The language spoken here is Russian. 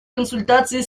консультации